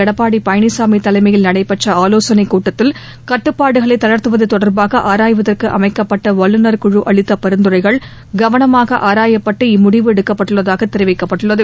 எடப்பாடி பழனிசாமி தலைமையில் நடைபெற்ற ஆவோசனைக் கூட்டத்தில் கட்டுப்பாடுகளை தளாத்துவது தொடா்பாக ஆராய்வதற்கு அமைக்கப்பட்ட வல்லுநா்குழு அளித்த பரிந்துரைகள் கவனமாக ஆராயப்பட்டு இம்முடிவு எடுக்கப்பட்டுள்ளதாக தெரிவிக்கப்பட்டுள்ளது